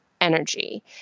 energy